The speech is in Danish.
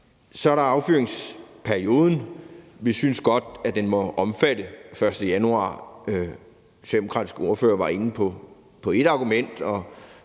Så er der affyringsperioden. Vi synes godt, at den må omfatte den 1. januar. Den socialdemokratiske ordfører var inde på et argument,